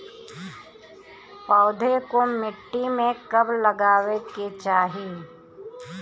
पौधे को मिट्टी में कब लगावे के चाही?